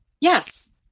yes